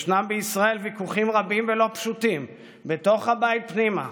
יש בישראל ויכוחים רבים ולא פשוטים בתוך הבית פנימה.